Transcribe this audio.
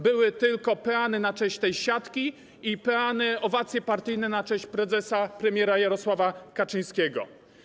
Były tylko peany na cześć tej siatki i owacje partyjne na cześć prezesa, premiera Jarosława Kaczyńskiego.